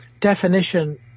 definition